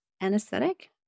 anesthetic